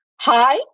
Hi